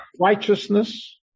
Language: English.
Righteousness